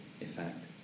effect